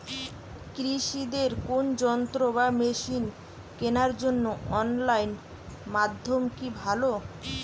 কৃষিদের কোন যন্ত্র বা মেশিন কেনার জন্য অনলাইন মাধ্যম কি ভালো?